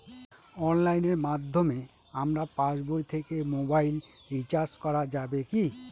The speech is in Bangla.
অনলাইনের মাধ্যমে আমার পাসবই থেকে মোবাইল রিচার্জ করা যাবে কি?